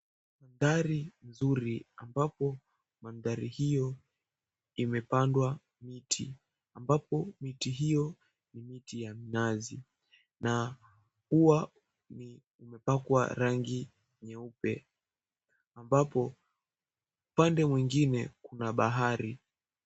Dari zuri ambapo maandhari hiyo imepandwa miti ambapo miti hiyo ni miti ya mnazi na ua limepakwa rangi nyeupe ambapo pande mwengine kuna bahari.